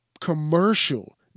commercial